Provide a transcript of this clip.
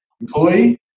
employee